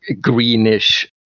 greenish